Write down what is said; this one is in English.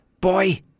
Boy